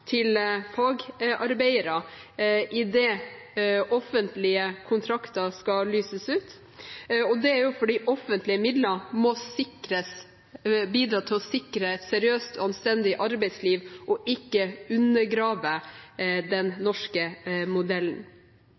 til fast ansettelse for lærlinger og fagarbeidere idet offentlige kontrakter skal lyses ut. Det er fordi offentlige midler må bidra til å sikre et seriøst og anstendig arbeidsliv – og ikke undergrave den norske modellen.